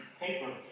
paper